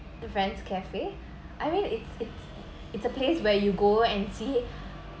the friends cafe I mean it's it's it's a place where you go and see